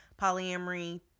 Polyamory